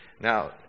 Now